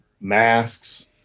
masks